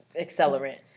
Accelerant